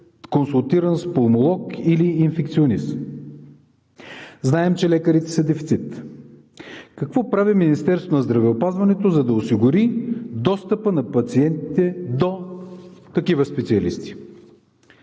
консултиран с пулмолог или инфекционист. Знаем, че лекарите са дефицит. Какво прави Министерството на здравеопазването, за да осигури достъпа на пациентите до такива специалисти?